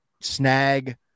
snag